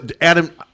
Adam